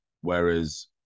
whereas